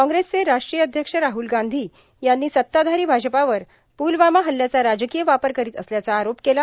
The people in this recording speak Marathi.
कॉग्रेसचे राष्ट्रीय अध्यक्ष राहुल गांधी यांनी सत्ताधारां भाजपा वर प्लवामा हल्ल्याचा राजकांय वापर करांत असल्याचा आरोप केला